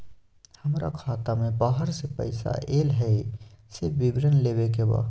हमरा खाता में बाहर से पैसा ऐल है, से विवरण लेबे के बा?